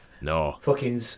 No